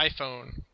iPhone